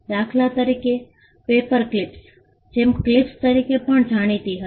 દાખલા તરીકે પેપરક્લિપ્સ જેમ ક્લિપ્સ તરીકે પણ જાણીતી હતી